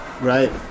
right